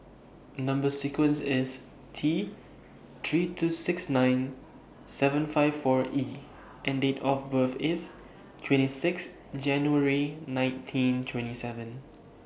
Number sequence IS T three two six nine seven five four E and Date of birth IS twenty six January nineteen twenty seven